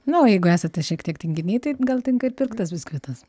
na o jeigu esate šiek tiek tinginiai tai gal tinka ir pirktas biskvitas